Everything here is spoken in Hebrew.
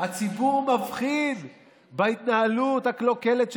הציבור מבחין בהתנהלות הקלוקלת שלהם.